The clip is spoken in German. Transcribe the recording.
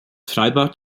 freibad